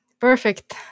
Perfect